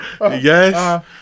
yes